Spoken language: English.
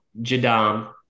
Jadam